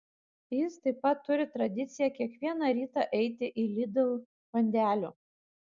jis taip pat turi tradiciją kiekvieną rytą eiti į lidl bandelių